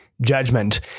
judgment